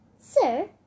Sir